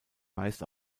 meist